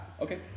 Okay